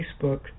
Facebook